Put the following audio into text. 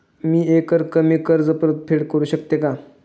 मी एकरकमी कर्ज परतफेड करू शकते का?